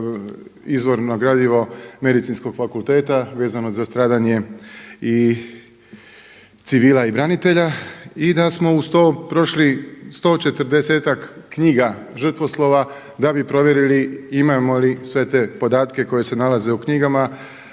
izvorno gradivo Medicinskog fakulteta vezano za stradanje i civila i branitelja i da smo uz to prošli 140-ak knjiga žrtvoslova da bi provjerili imamo li sve te podatke koje se nalaze u knjigama